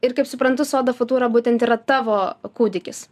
ir kaip suprantu soda futūra būtent yra tavo kūdikis